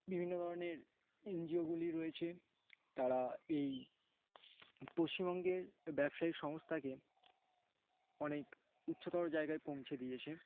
বিভিন্ন ধরনের N G ওগুলি রয়েছে তারা এই পশ্চিমবঙ্গের ব্যবসায়ী সংস্থাকে অনেক উচ্চতর জায়গায় পৌঁছে দিয়েছে